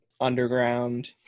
underground